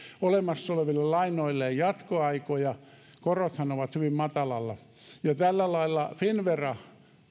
olemassa oleville lainoilleen jatkoaikoja korothan ovat hyvin matalalla ja tällä lailla finnvera